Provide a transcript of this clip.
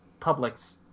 Publix